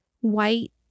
white